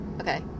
Okay